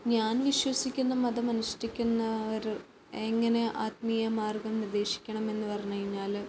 ഞാൻ വിശ്വസിക്കുന്ന മതമനുഷ്ഠിക്കുന്നവർ എങ്ങനെ ആത്മീയമാർഗ്ഗം നിർദ്ദേശിക്കണം എന്ന് പറഞ്ഞുകഴിഞ്ഞാൽ